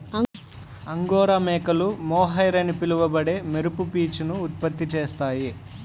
angora మేకలు mohair అని పిలువబడే మెరుపు పీచును ఉత్పత్తి చేస్తాయి